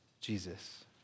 Jesus